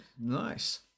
Nice